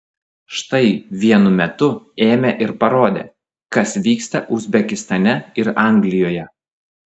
štai vienu metu ėmė ir parodė kas vyksta uzbekistane ir anglijoje